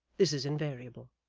this is invariable.